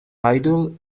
idol